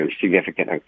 significant